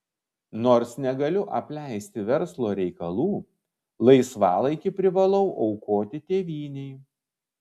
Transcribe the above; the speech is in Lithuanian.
nors negaliu apleisti verslo reikalų laisvalaikį privalau aukoti tėvynei